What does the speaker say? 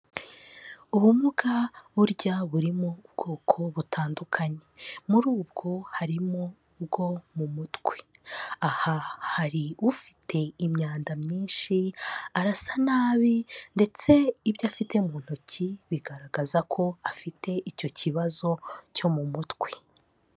Ubumuga burya burimo ubwoko butandukanye, muri ubwo harimo bwo mu mutwe, aha hari ufite imyanda myinshi arasa nabi ndetse ibyo afite mu ntoki bigaragaza ko afite icyo kibazo cyo mu mutwe.